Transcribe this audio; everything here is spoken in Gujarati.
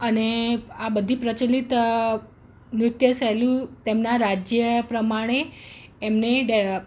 અને આ બધી પ્રચલિત નૃત્યશૈલી તેમનાં રાજ્ય પ્રમાણે એમને